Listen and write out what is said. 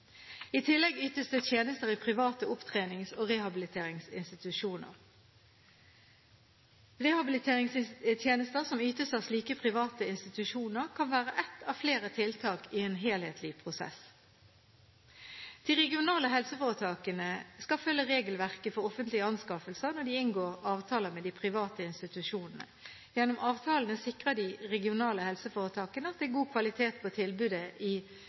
I tillegg ytes det tjenester i private opptrenings- og rehabiliteringsinstitusjoner. Rehabiliteringstjenester som ytes av slike private institusjoner, kan være ett av flere tiltak i en helhetlig prosess. De regionale helseforetakene skal følge regelverket for offentlige anskaffelser når de inngår avtaler med de private institusjonene. Gjennom avtalene sikrer de regionale helseforetakene at det er god kvalitet på tilbudet i